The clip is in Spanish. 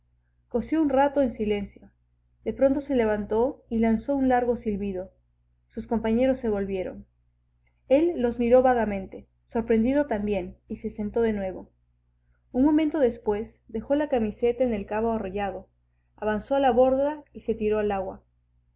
cosió un rato en silencio de pronto se levantó y lanzó un largo silbido sus compañeros se volvieron el los miró vagamente sorprendido también y se sentó de nuevo un momento después dejó la camiseta en el cabo arrollado avanzó a la borda y se tiró al agua